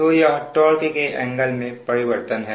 तो यह टार्क के एंगल में परिवर्तन है